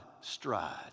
stride